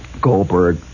Goldberg